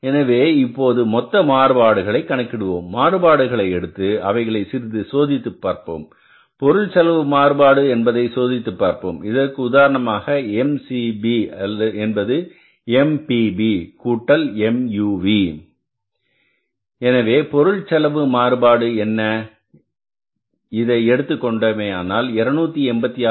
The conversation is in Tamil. எனவே இப்போது மொத்த மாறுபாடுகளை கணக்கிடுவோம் மாறுபாடுகளை எடுத்து அவைகளை சிறிது சோதித்துப் பார்ப்போம் பொருள் செலவு மாறுபாடு என்பதை சோதித்துப் பார்ப்போம் இதற்கு உதாரணமாக MCB என்பது MPB கூட்டல் MUV எனவே பொருட்செலவு மாறுபாடு என்ன இதை எடுத்துக் கொண்டோமேயானால் 286